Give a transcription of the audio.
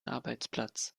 arbeitsplatz